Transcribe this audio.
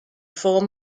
four